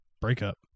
breakup